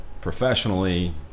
Professionally